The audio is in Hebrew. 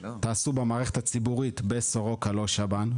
לא שב"ן,